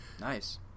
Nice